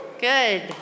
Good